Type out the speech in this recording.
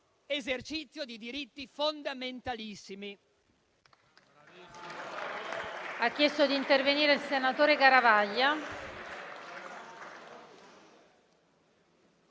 esercizio di diritti fondamentalissimi.